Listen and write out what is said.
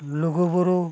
ᱞᱩᱜᱩ ᱵᱩᱨᱩ